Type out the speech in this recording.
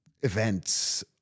events